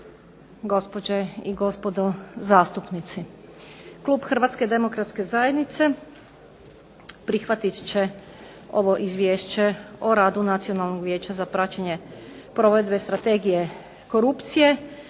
Gospođe i gospodo zastupnici. Klub Hrvatske demokratske zajednice prihvatit će ovo Izvješće o radu Nacionalnog vijeća za praćenje provedbe Strategije korupcije,